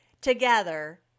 together